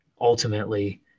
ultimately